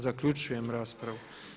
Zaključujem raspravu.